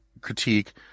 critique